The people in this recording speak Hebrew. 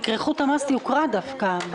תכרכו את מס היוקרה דווקא.